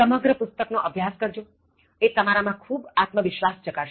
સમગ્ર પુસ્તક નો અભ્યાસ કરજોએ તમારા માં ખૂબ આત્મવિશ્વાસ જગાડશે